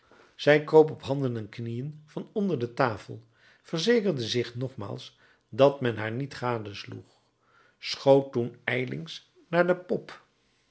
zij kroop op handen en knieën van onder de tafel verzekerde zich nogmaals dat men haar niet gadesloeg schoot toen ijlings naar de pop